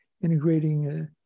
integrating